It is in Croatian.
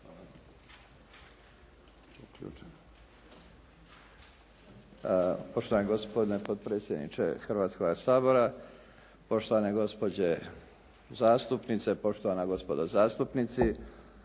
Poštovani gospodine potpredsjedniče Hrvatskoga sabora, poštovane gospođe zastupnice, poštovana gospodo zastupnici.